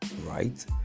right